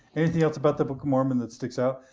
anything else about the book of mormon that sticks out?